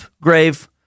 grave